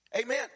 Amen